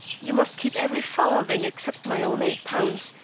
you must keep every farthing except my own eight pounds,